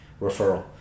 referral